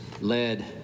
led